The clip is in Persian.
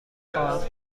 خواهم